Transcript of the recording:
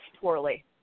poorly